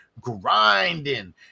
grinding